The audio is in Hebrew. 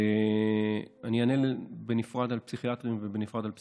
אני אענה בנפרד על פסיכיאטרים ובנפרד על פסיכולוגים.